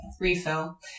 refill